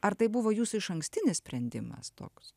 ar tai buvo jūsų išankstinis sprendimas toks